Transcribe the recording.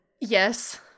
Yes